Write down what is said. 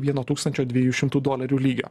vieno tūkstančio dviejų šimtų dolerių lygio